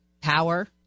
power